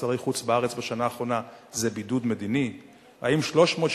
שרי חוץ בארץ בשנה האחרונה זה בידוד מדיני?